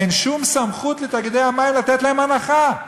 אין שום סמכות לתאגידי המים לתת להם הנחה,